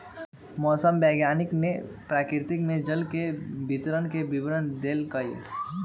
मौसम वैज्ञानिक ने प्रकृति में जल के वितरण के विवरण देल कई